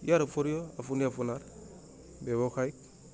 ইয়াৰ উপৰিও আপুনি আপোনাৰ ব্যৱসায়িক